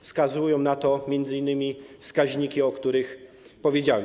Wskazują na to m.in. wskaźniki, o których powiedziałem.